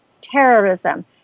terrorism